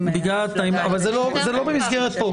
אבל זה לא כאן.